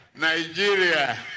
Nigeria